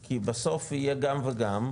כי בסוף יהיה גם וגם,